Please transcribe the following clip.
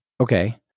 Okay